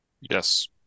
Yes